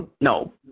No